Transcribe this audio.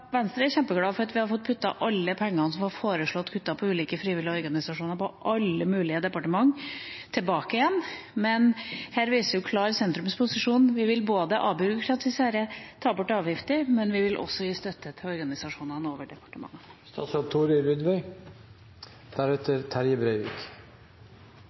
Venstre er kjempeglad for at vi har fått puttet alle pengene som var foreslått kuttet til ulike frivillige organisasjoner under alle mulige departementer, tilbake igjen. Her viser vi en klar sentrumsposisjon: Vi vil både avbyråkratisere og ta bort avgifter, men vi vil også gi støtte til organisasjonene over